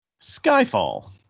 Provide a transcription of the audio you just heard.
Skyfall